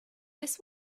this